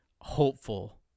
hopeful